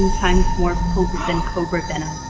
times more potent than cobra venom.